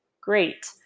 Great